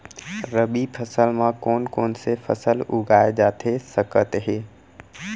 रबि फसल म कोन कोन से फसल उगाए जाथे सकत हे?